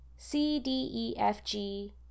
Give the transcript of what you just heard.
C-D-E-F-G